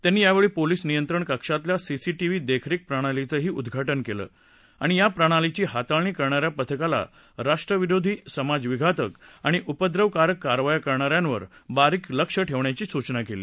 त्यांनी यावेळी पोलिस नियंत्रण कक्षातल्या सीसीटीव्ही देखरेख प्रणालीचंही उद्घाटन केलं आणि या प्रणालीची हाताळणी करणा या पथकाला राष्ट्रविरोधी समाजविघातक आणि उपद्रवकारक कारवाया करणा यांवर बारीक लक्ष ठेवण्याची सूचना केली